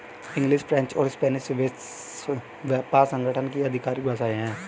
English, French और Spanish विश्व व्यापार संगठन की आधिकारिक भाषाएं है